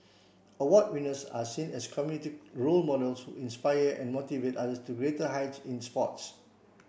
award winners are seen as community role models who inspire and motivate others to greater heights in sports